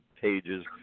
pages